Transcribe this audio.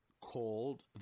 called